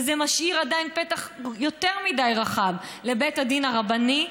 וזה משאיר עדיין פתח יותר מדי רחב לבית הדין הרבני,